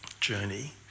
journey